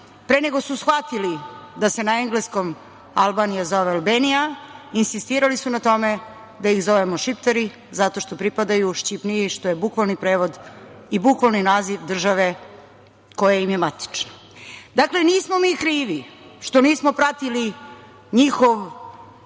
pre nego su shvatili da se na engleskom Albanija zove „Albania“, insistirali su na tome da ih zovemo „Šiptari“ zato što pripadaju „Šćipniji“, što je bukvalni prevod i bukvalni naziv države koja im je matična. Dakle, nismo mi krivi što nismo pratili njihov